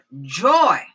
joy